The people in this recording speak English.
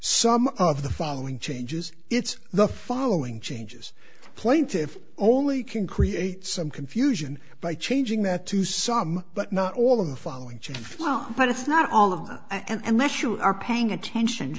some of the following changes it's the following changes plaintiffs only can create some confusion by changing that to some but not all of the following chain flow but it's not all of them and less you are paying attention